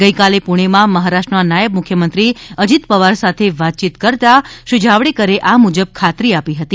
ગઇકાલે પુણેમાં મહારાષ્ટ્રના નાયબ મુખ્યમંત્રી અજીત પવાર સાથે વાતચીત કર્યા બાદ શ્રી જાવડેકરે આ મુજબ ખાતરી આપી હતી